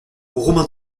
romain